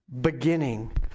beginning